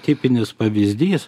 tipinis pavyzdys